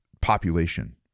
population